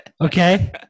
Okay